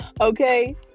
Okay